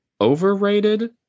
overrated